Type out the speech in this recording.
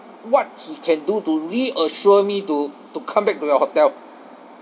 what he can do to reassure me to to come back to your hotel